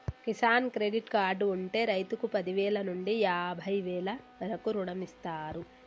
Kisan credit card ఉంటె రైతుకు పదివేల నుండి యాభై వేల వరకు రుణమిస్తారు